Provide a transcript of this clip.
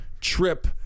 trip